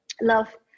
love